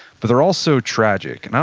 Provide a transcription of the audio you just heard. but they're also tragic. and